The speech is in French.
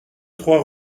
trois